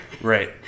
Right